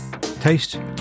Taste